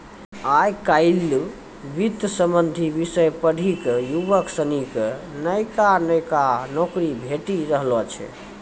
आय काइल वित्त संबंधी विषय पढ़ी क युवक सनी क नयका नयका नौकरी भेटी रहलो छै